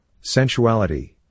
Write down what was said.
sensuality